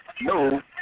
No